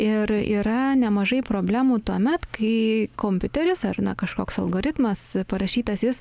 ir yra nemažai problemų tuomet kai kompiuteris ar na kažkoks algoritmas parašytas jis